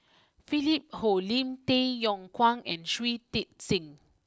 Philip Hoalim Tay Yong Kwang and Shui Tit sing